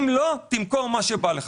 אם לא, תמכור מה שבא לך.